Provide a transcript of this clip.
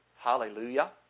Hallelujah